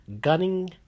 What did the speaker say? gunning